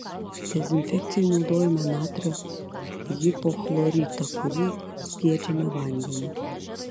dezinfekcijai naudojame natrio hipochloritą kurį skiedžiame vandeniu